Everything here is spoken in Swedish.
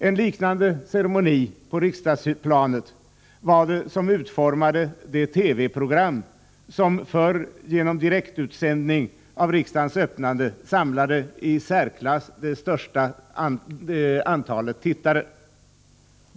En liknande ceremoni på riksdagsplanet utgjorde det TV-program som förr vid direktsändning av riksdagens öppnande samlade det i särklass största antalet tittare.